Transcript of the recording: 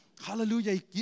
Hallelujah